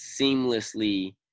seamlessly